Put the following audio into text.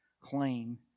claim